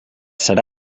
serà